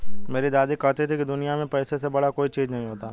मेरी दादी कहती थी कि दुनिया में पैसे से बड़ा कोई चीज नहीं होता